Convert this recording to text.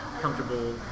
comfortable